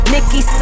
Nikki